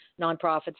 nonprofits